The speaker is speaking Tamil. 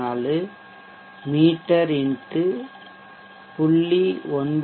64 மீ x 0